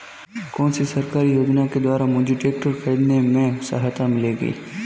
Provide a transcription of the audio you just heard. कौनसी सरकारी योजना के द्वारा मुझे ट्रैक्टर खरीदने में सहायता मिलेगी?